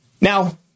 Now